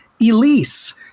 Elise